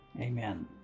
amen